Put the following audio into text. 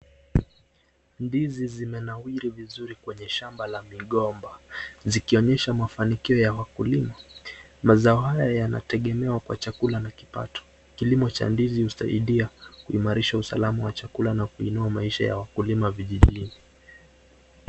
Ndizi zimenawiri vizuri kwenye shamba la migomba, zikionesha mafanikio ya wakulima, mazao haya yanategemewa kwa chakula na kipato, kilimo cha ndizi husaidia kuimarisha usalama wa chakula na kuinua maisha ya wakulima vijijini.